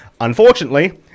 unfortunately